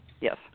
yes